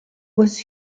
was